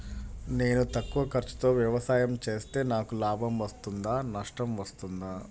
నేను తక్కువ ఖర్చుతో వ్యవసాయం చేస్తే నాకు లాభం వస్తుందా నష్టం వస్తుందా?